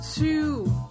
two